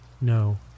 No